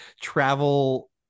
travel